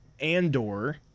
Andor